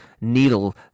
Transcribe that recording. needle